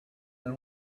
than